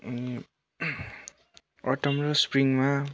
अनि अटम र स्प्रिङमा